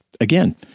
again